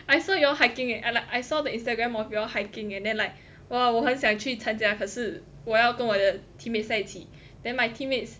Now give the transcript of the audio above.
I saw you all hiking eh I like I saw the Instagram of you all hiking and then like !wah! 我很想去参加可是我要跟我的 teammates 在一起 then my teammates